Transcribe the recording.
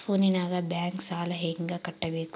ಫೋನಿನಾಗ ಬ್ಯಾಂಕ್ ಸಾಲ ಹೆಂಗ ಕಟ್ಟಬೇಕು?